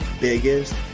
biggest